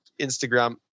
Instagram